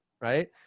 right